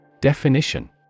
Definition